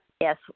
Yes